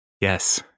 Yes